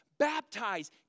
Baptize